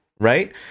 right